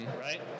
right